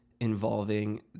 involving